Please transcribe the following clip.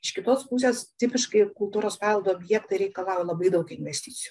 iš kitos pusės tipiškai kultūros paveldo objektai reikalauja labai daug investicijų